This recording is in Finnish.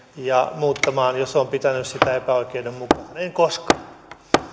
ja muuttamaan jos olen pitänyt sitä epäoikeudenmukaisena en koskaan